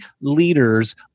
leaders